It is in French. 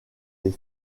les